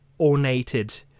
ornated